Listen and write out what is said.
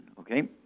okay